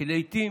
שלעיתים